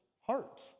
heart